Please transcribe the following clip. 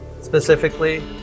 specifically